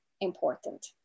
important